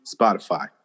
spotify